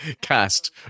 cast